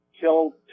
kill